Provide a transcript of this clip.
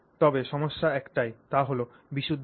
তবে সমস্যা একটাই তা হল বিশুদ্ধতা